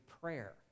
prayer